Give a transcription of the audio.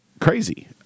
crazy